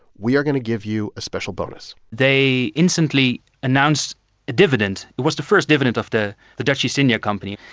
we are going to give you a special bonus they instantly announced a dividend. it was the first dividend of the dutch east india company.